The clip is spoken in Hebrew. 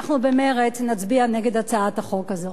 אנחנו במרצ נצביע נגד הצעת החוק הזאת.